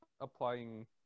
applying